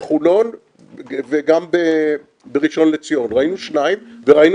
בחולון וגם בראשון לציון ראינו שניים וראינו